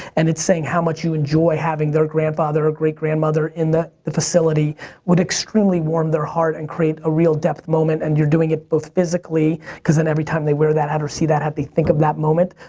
and it's saying how much you enjoy having their grandfather or great grandmother in the the facility would extremely warm their heart, and create a real depth moment, and you're doing it both physically, because then every time they wear that hat or see that hat, they think of that moment.